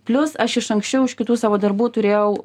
plius aš iš anksčiau iš kitų savo darbų turėjau